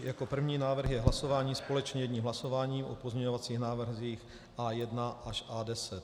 Jako první návrh je hlasování společně jedním hlasováním o pozměňovacích návrzích A1 až A10.